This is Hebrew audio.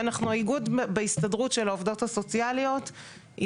--- אנחנו איגוד בהסתדרות של העובדות הסוציאליות,